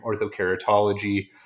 orthokeratology